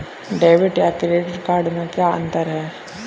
Debit या credit card में क्या अन्तर है?